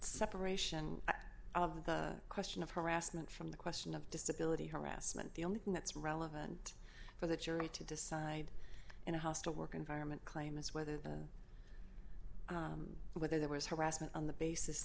separation of the question of harassment from the question of disability harassment the only thing that's relevant for the jury to decide in a hostile work environment claimants weather there whether there was harassment on the basis